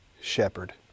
shepherd